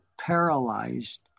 paralyzed